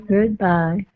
Goodbye